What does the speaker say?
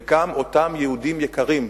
וגם אותם יהודים יקרים,